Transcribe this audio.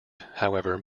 however